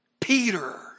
Peter